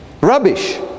rubbish